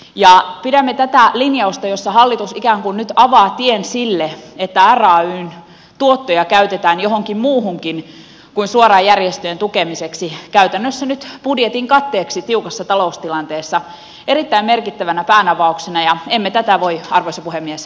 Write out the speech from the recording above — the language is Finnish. ja pidämme tätä linjausta jossa hallitus ikään kuin nyt avaa tien sille että rayn tuottoja käytetään johonkin muuhunkin kuin suoraan järjestöjen tukemiseksi käytännössä nyt budjetin katteeksi tiukassa taloustilanteessa erittäin merkittävänä päänavauksena ja emme tätä voi arvoisa puhemies